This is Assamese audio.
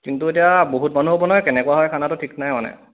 কিন্তু এতিয়া বহুত মানুহ হ'ব নহয় কেনেকুৱা হয় খানাটো ঠিক নাই মানে